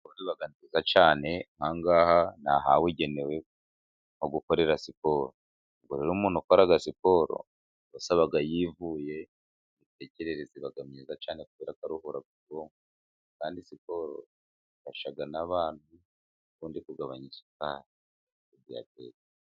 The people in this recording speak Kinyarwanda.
Siporo iba nziza cyane. Aha ngaha ni ahabugenewe ho gukorera siporo. Ubwo rero umuntu ukora siporo aba yivuye. Imitekerereze iba myiza cyane kubera ko aruhura ubwonko, kandi siporo ifasha n'abantu uburyo bwo kugabanya isukari ya diyabete.